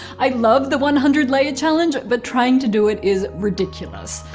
i love the one hundred layer challenge, but trying to do it is ridiculous.